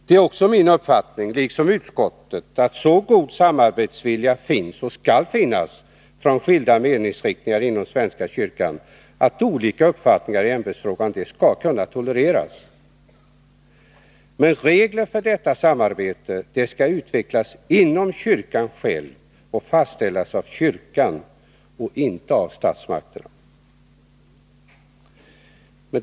Det är också min uppfattning, liksom utskottets, att så god samarbetsvilja finns och skall finnas från skilda meningsriktningar inom svenska kyrkan att olika uppfattningar i ämbetsfrågan skall kunna tolereras. Men regler för detta samarbete skall utvecklas inom kyrkan själv och fastställas av kyrkan och inte av statsmakterna.